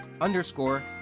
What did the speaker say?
underscore